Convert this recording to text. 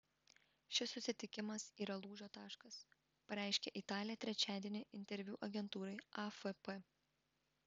šis susitikimas yra lūžio taškas pareiškė italė trečiadienį interviu agentūrai afp